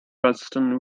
preston